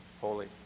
holy